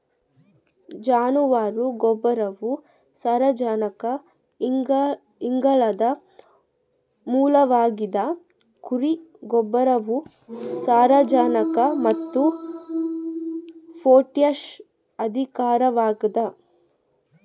ಜಾನುವಾರು ಗೊಬ್ಬರವು ಸಾರಜನಕ ಇಂಗಾಲದ ಮೂಲವಾಗಿದ ಕುರಿ ಗೊಬ್ಬರವು ಸಾರಜನಕ ಮತ್ತು ಪೊಟ್ಯಾಷ್ ಅಧಿಕವಾಗದ